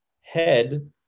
head